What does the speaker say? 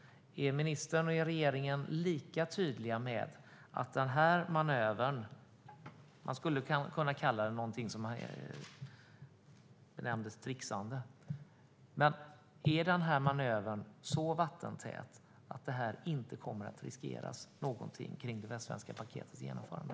Är ministern och regeringen lika tydliga med att den här manövern, som man skulle kunna benämna som ett trixande, är så vattentät att detta inte kommer att riskera någonting kring Västsvenska paketets genomförande?